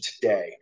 today